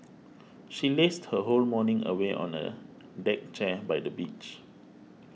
she lazed her whole morning away on a deck chair by the beach